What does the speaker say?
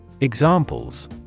Examples